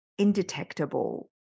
indetectable